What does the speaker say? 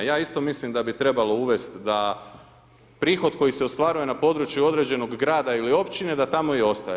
Ja isto mislim da bi trebalo uvesti, da prihod koji se ostvaruje na području određenog grada ili općine da tamo i ostane.